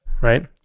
right